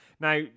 Now